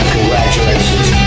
Congratulations